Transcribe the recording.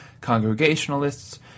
Congregationalists